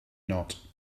not